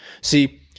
See